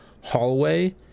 hallway